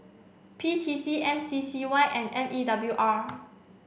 P T C M C C Y and M E W R